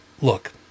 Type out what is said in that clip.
look